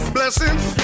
Blessings